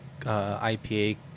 IPA